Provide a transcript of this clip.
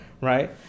right